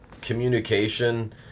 communication